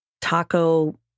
taco